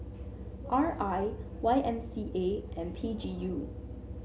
R I Y M C A and P G U